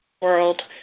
world